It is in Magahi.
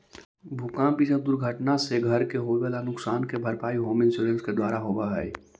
भूकंप इ सब दुर्घटना से घर के होवे वाला नुकसान के भरपाई होम इंश्योरेंस के द्वारा होवऽ हई